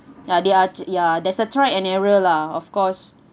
ya they ya there's a try and error lah of course